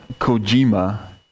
Kojima